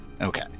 okay